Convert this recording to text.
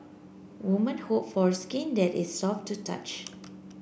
women hope for skin that is soft to touch